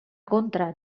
contra